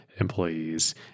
employees